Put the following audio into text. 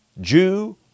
Jew